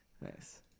Nice